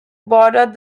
bordered